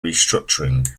restructuring